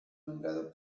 nombrado